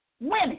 Women